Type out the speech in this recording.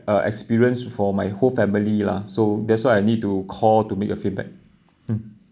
uh experience for my whole family lah so that's why I need to call to make a feedback mm